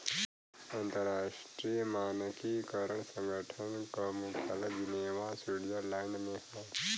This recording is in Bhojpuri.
अंतर्राष्ट्रीय मानकीकरण संगठन क मुख्यालय जिनेवा स्विट्जरलैंड में हौ